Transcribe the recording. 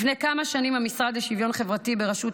לפני כמה שנים המשרד לשוויון חברתי בראשות